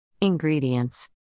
Ingredients